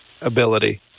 ability